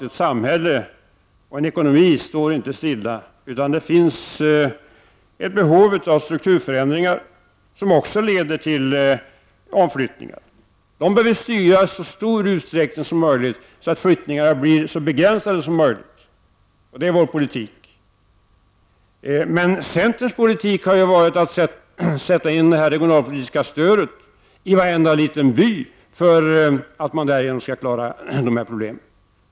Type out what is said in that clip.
Ett samhälle och en ekonomi står inte stilla, utan det finns ett behov av strukturförändringar som också leder till omflyttningar. Dessa strukturförändringar behöver i så stor utsträckning som möjligt styras så att omflyttningarna blir begränsade. Det är vår politik. Men centerns politik har ju varit att sätta in det regionalpolitiska stödet i varenda liten by för att man därigenom skall kunna klara dessa problem.